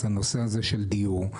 הנושא הזה של דיור.